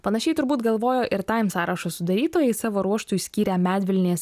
panašiai turbūt galvojo ir taim sąrašo sudarytojai savo ruožtu išskyrę medvilnės